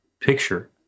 picture